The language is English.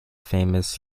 famous